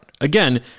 Again